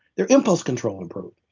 their impulse control improved.